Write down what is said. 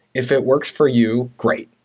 if it works for you, great.